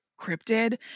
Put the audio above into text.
cryptid